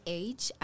age